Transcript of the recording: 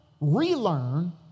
relearn